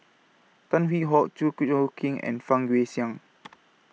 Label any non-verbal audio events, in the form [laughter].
Tan Hwee Hock Chew [noise] Choo Keng and Fang Guixiang